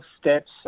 steps